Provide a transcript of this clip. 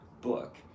book